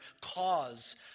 cause